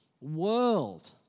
world